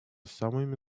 самыми